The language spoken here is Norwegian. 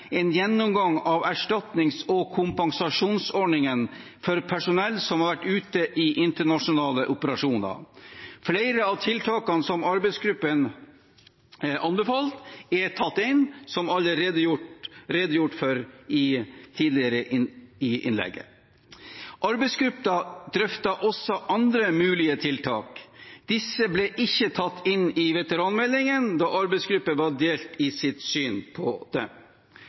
en gjennomgang av erstatnings- og kompensasjonsordningen for personell som har vært ute i internasjonale operasjoner. Flere av tiltakene som arbeidsgruppen anbefaler, er tatt inn, noe som allerede er redegjort for tidligere i innlegget. Arbeidsgruppen drøftet også andre mulige tiltak. Disse ble ikke tatt inn i veteranmeldingen, da arbeidsgruppen var delt i sitt syn på